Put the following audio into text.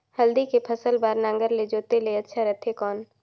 हल्दी के फसल बार नागर ले जोते ले अच्छा रथे कौन?